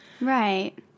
Right